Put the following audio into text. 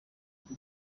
kuko